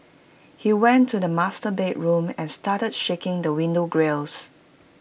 he went to the master bedroom and started shaking the window grilles